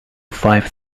five